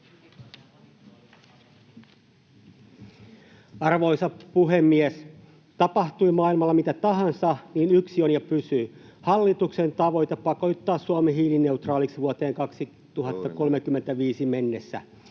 Arvoisa puhemies! Tapahtui maailmalla mitä tahansa, niin yksi on ja pysyy: hallituksen tavoite pakottaa Suomi hiilineutraaliksi vuoteen 2035 mennessä.